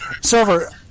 server